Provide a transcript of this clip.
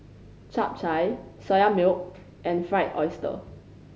Chap Chai Soya Milk and Fried Oyster